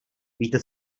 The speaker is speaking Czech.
víte